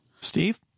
Steve